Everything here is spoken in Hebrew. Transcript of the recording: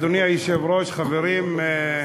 אדוני היושב-ראש, חברים,